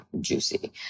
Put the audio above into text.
juicy